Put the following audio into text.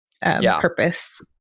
purpose